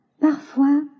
Parfois